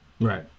Right